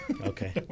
Okay